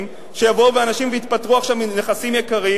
שיבואו אנשים וייפטרו עכשיו מנכסים יקרים.